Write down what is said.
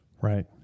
Right